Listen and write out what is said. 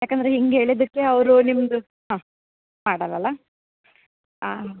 ಏಕೆಂದ್ರೆ ಹಿಂಗೆ ಹೇಳಿದ್ದಕ್ಕೆ ಅವರು ನಿಮ್ದು ಹಾಂ ಮಾಡಲಿಲ್ಲ ಹಾಂ